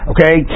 Okay